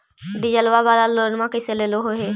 डीजलवा वाला लोनवा कैसे लेलहो हे?